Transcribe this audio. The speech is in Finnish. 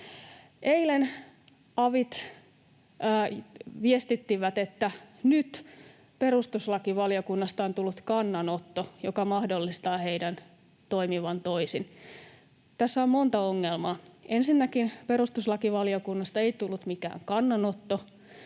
Eilen avit viestittivät, että nyt perustuslakivaliokunnasta on tullut kannanotto, joka mahdollistaa heidän toimia toisin. Tässä on monta ongelmaa: Ensinnäkin perustuslakivaliokunnasta ei tullut mitään kannanottoa,